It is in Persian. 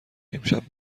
امشب